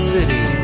City